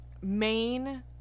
main